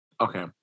okay